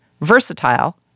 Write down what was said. Versatile